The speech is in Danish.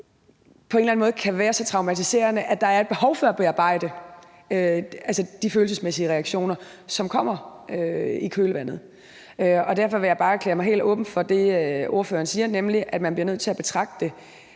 på en eller anden måde kan være så traumatiserende, at der er et behov for at bearbejde de følelsesmæssige reaktioner, som kommer i kølvandet. Derfor vil jeg bare erklære mig helt åben for det, ordføreren siger, nemlig at man bliver nødt til at betragte